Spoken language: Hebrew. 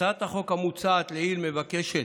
הצעת החוק המוצעת לעיל מבקשת